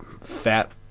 fat